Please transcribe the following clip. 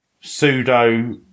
pseudo-